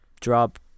drop